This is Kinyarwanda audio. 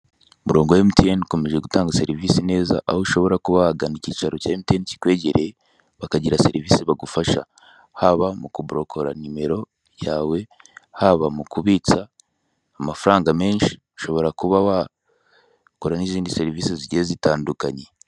Umurongo wa MTN ukomeje gutanga serivise neza, aho ushobora kuba wagana ikicaro cya MTN kikwegereye, bakagira serivise bagufasha. Haba mu kubolokora nimero yawe, haba mu kubitsa amafaranga menshi, ushobora kuba wakora n'izindi serivise zigiye zitandukanye.